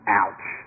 ouch